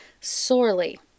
sorely